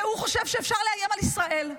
והוא חושב שאפשר לאיים על ישראל.